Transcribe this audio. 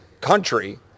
country